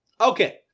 Okay